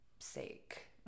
Sake